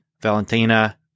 Valentina